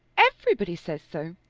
everybody says so.